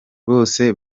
bose